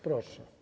Proszę.